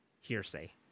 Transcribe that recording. hearsay